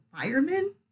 firemen